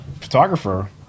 photographer